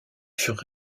furent